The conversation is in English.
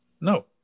No